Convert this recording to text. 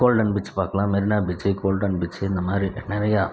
golden beach பார்க்கலாம் Marina beach golden beach இந்தமாதிரி நிறையா